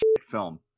film